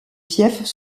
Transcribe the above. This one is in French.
fiefs